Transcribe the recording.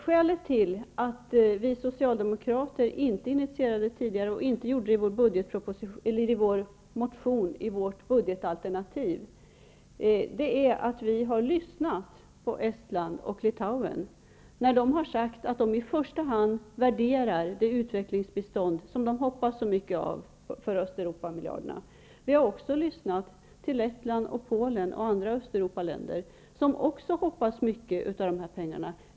Skälet till att vi socialdemokrater inte tidigare initierade detta, och inte heller gjorde det i vårt budgetalternativ, är att vi har lyssnat på Estland och Litauen när de har sagt att de i första hand värderar det utvecklingsbistånd som de hoppas så mycket av från Östeuropamiljarderna. Vi har också lyssnat till Lettland och Polen och andra Östeuropaländer. De hoppas också mycket av dessa pengar.